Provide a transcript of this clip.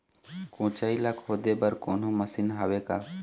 कोचई ला खोदे बर कोन्हो मशीन हावे का?